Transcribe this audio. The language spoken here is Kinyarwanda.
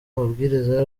amabwiriza